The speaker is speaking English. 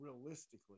realistically